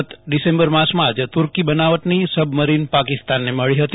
ગત ડિસેમ્બર માસમાં જ તુર્કી બનાવટની સબ મરીન પાકિસ્તાનને મળી હતી